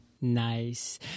Nice